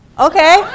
Okay